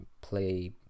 play